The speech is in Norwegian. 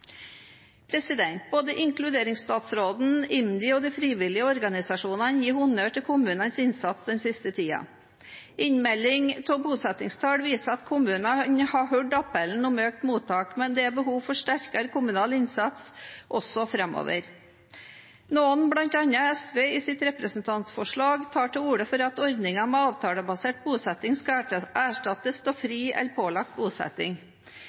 Både inkluderingsstatsråden, IMDi og de frivillige organisasjonene gir honnør til kommunenes innsats den siste tiden. Innmeldingen av bosettingstall viser at kommunene har hørt appellene om økt mottak, men det er behov for sterkere kommunal innsats også framover. Noen, bl.a. SV i sitt representantforslag, tar til orde for at ordningen med avtalebasert bosetting skal erstattes av fri eller pålagt bosetting.